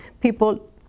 people